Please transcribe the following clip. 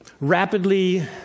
Rapidly